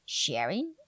sharing